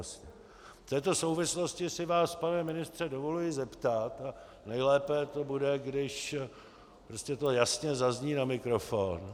V této souvislosti se vás, pane ministře, dovoluji zeptat, nejlépe to bude, když to jasně zazní na mikrofon.